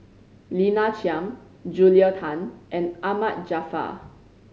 Lina Chiam Julia Tan and Ahmad Jaafar